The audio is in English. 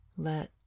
Let